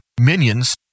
minions